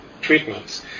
treatments